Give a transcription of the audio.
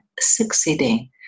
succeeding